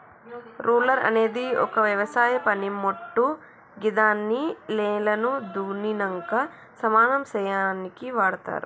roller అనేది ఒక వ్యవసాయ పనిమోట్టు గిదాన్ని నేలను దున్నినంక సమానం సేయనీకి వాడ్తరు